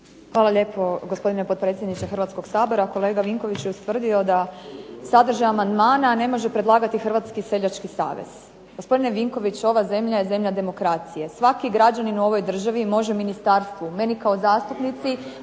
Hvala lijepo gospodine potpredsjedniče Hrvatskog sabora. Kolega Vinković je ustvrdio da sadržaj amandmana ne može predlagati Hrvatski seljački savez. Gospodine Vinković, ova zemlja je zemlja demokracije. Svaki građanin u ovoj državi može ministarstvu, meni kao zastupnici